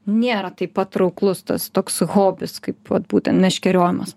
nėra taip patrauklus tas toks hobis kaip vat būtent meškeriojimas